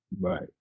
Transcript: Right